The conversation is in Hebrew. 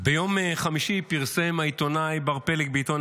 ביום חמישי פרסם העיתונאי בר פלג בעיתון